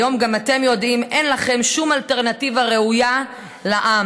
היום גם אתם יודעים: אין לכם שום אלטרנטיבה ראויה לעם,